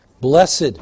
Blessed